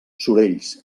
sorells